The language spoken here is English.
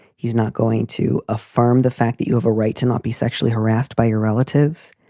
he's not going to affirm the fact that you have a right to not be sexually harassed by your relatives.